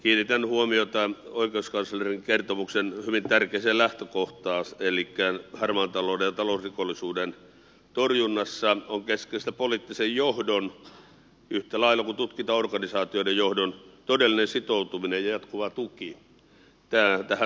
kiinnitän huomiota oikeuskanslerin kertomuksen hyvin tärkeään lähtökohtaan elikkä siihen että harmaan talouden ja talousrikollisuuden torjunnassa on keskeistä poliittisen johdon yhtä lailla kuin tutkintaorganisaatioiden johdon todellinen sitoutuminen tähän torjuntaan ja jatkuva tuki